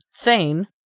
Thane